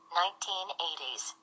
1980s